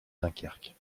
dunkerque